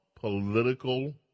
political